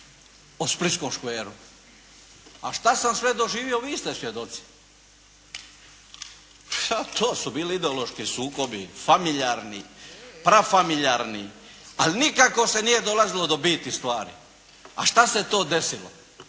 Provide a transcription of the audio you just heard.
o splitskom škveru. A šta sam sve doživio, vi ste svjedoci. To su bili ideološki sukobi, familijarni, prafamilijarni, ali nikako se nije dolazilo do biti stvari. A šta se to desilo